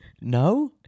no